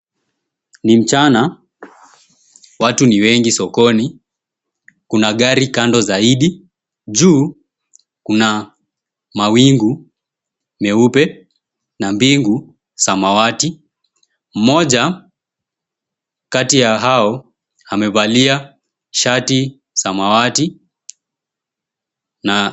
Ni mchana. Watu ni wengi sokoni. Kuna gari kando zaidi. Juu kuna mawingu nyeupe na mbingu samawati. Mmoja kati ya hao amevalia shati samawati na...